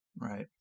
Right